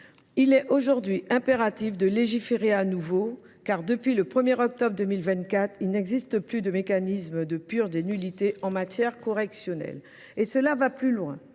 Il est aujourd’hui impératif de légiférer de nouveau, car, depuis le 1octobre 2024, il n’existe plus de mécanisme de purge des nullités en matière correctionnelle. Et cela va plus loin